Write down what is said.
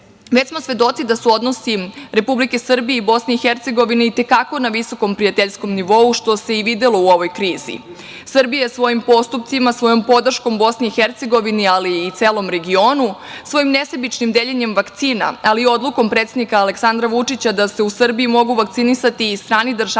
smo svedoci da su odnosi Republike Srbije i BiH i te kako na visokom, prijateljskom nivou, što se i videlo u ovoj krizi. Srbija je svojim postupcima, svojoj podrškom BiH, ali i celom regionu, svojim nesebičnim deljenjem vakcina, ali i odlukom predsednika Aleksandra Vučića da se u Srbiji mogu vakcinisati i strani državljani,